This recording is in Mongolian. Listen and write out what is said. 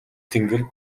тэнгэр